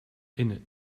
innit